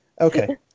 Okay